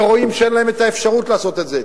ורואים שאין להם האפשרות לעשות את זה.